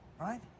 Right